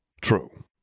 True